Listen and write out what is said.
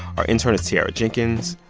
our intern is tiara jenkins.